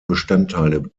bestandteile